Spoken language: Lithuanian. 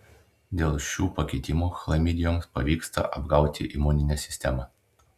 dėl šių pakitimų chlamidijoms pavyksta apgauti imuninę sistemą